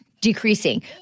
decreasing